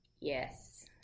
Yes